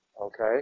Okay